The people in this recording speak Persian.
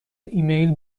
ایمیل